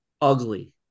ugly